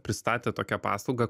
pristatė tokią paslaugą